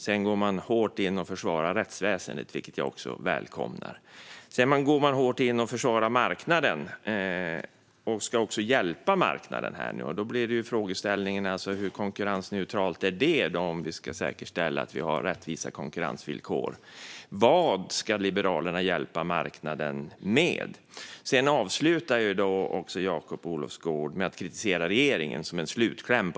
Sedan försvarar han lika kraftigt rättsväsendet, vilket jag också välkomnar. Därefter försvarar han kraftigt marknaden och vill också hjälpa den. Men hur konkurrensneutralt blir det? Vad ska Liberalerna hjälpa marknaden med? Jakob Olofsgård avslutar med att kritisera regeringen.